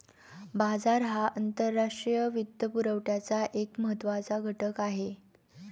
बाजार हा आंतरराष्ट्रीय वित्तपुरवठ्याचा एक महत्त्वाचा घटक आहे